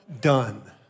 done